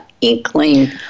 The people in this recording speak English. inkling